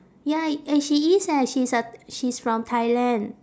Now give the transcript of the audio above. ya uh she is eh she's a she's from thailand